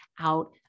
out